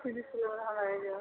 ହୋଇଯିବ